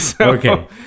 Okay